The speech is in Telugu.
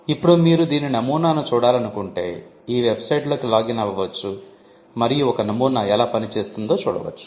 ఇప్పుడు మీరు దీని నమూనాను చూడాలనుకుంటే ఈ వెబ్సైట్లోకి లాగిన్ అవ్వవచ్చు మరియు ఒక నమూనా ఎలా పనిచేస్తుందో చూడవచ్చు